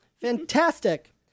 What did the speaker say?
Fantastic